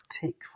pick